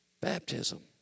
baptism